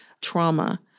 trauma